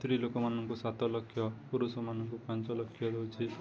ସ୍ତ୍ରୀ ଲୋକମାନଙ୍କୁ ସାତ ଲକ୍ଷ ପୁରୁଷମାନଙ୍କୁ ପାଞ୍ଚ ଲକ୍ଷ ଦେଉଛି